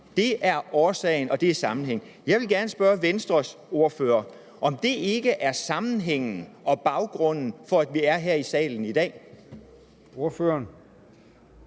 Det er årsagen, og det er sammenhængen. Jeg vil gerne spørge Venstres ordfører, om det ikke er sammenhængen og baggrunden for, at vi er her i salen i dag. Kl.